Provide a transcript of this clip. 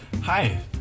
Hi